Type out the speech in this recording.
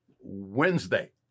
Wednesday